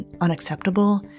unacceptable